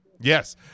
yes